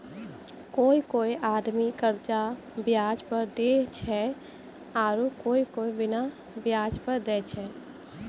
कोय कोय आदमी कर्जा बियाज पर देय छै आरू कोय कोय बिना बियाज पर देय छै